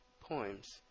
Poems